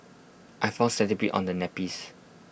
I found centipedes on the nappies